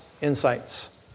insights